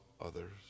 others